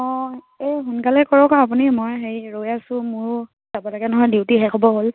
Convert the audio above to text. অঁ এই সোনকালে কৰক আৰু আপুনি মই হেৰি ৰৈ আছোঁ মোৰ যাব লাগে নহয় ডিউটি শেষ হ'ব হ'ল